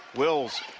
wills.